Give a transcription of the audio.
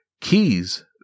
keys